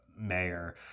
mayor